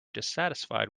dissatisfied